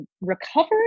recovered